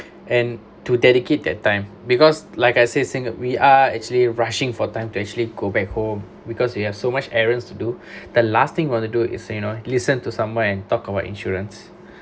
and to dedicate their time because like I say since we are actually rushing for time to actually go back home because we have so much errands to do the last thing you want to do is you know listen to somewhere and talk about insurance